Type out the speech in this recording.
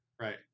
right